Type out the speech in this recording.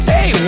Hey